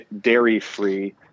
dairy-free